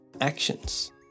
actions